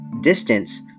distance